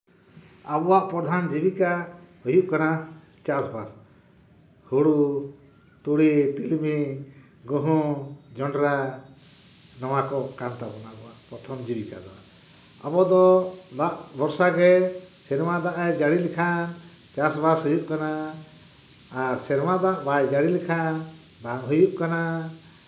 ᱟᱵᱚᱣᱟᱜ ᱯᱨᱚᱫᱷᱟᱱ ᱡᱤᱵᱤᱠᱟ ᱦᱩᱭᱩᱜ ᱠᱟᱱᱟ ᱪᱟᱥᱼᱵᱟᱥ ᱦᱩᱲᱩ ᱛᱩᱲᱤ ᱛᱤᱞᱢᱤᱧ ᱜᱩᱦᱩᱢ ᱡᱚᱱᱰᱨᱟ ᱱᱚᱣᱟ ᱠᱚ ᱠᱟᱱ ᱛᱟᱵᱚᱱᱟ ᱟᱵᱚᱣᱟᱜ ᱯᱨᱚᱛᱷᱚᱢ ᱡᱤᱵᱤᱠᱟ ᱫᱚ ᱟᱵᱚ ᱫᱚ ᱫᱟᱜ ᱵᱷᱚᱨᱥᱟ ᱜᱮ ᱥᱮᱨᱢᱟ ᱫᱟᱜ ᱮ ᱡᱟᱹᱲᱤ ᱞᱮᱠᱷᱟᱱ ᱪᱟᱥᱼᱵᱟᱥ ᱦᱩᱭᱩᱜ ᱠᱟᱱᱟ ᱟᱨ ᱥᱮᱨᱢᱟ ᱫᱟᱜ ᱵᱟᱭ ᱡᱟᱹᱲᱤ ᱞᱮᱠᱷᱟᱱ ᱵᱟᱝᱦᱩᱭᱩᱜ ᱠᱟᱱᱟ